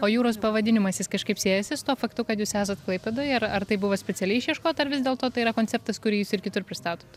o jūros pavadinimas jis kažkaip siejasi su tuo faktu kad jūs esat klaipėdoje ir ar tai buvo specialiai išieškota ar vis dėlto tai yra konceptas kurį jūs ir kitur pristatot